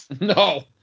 No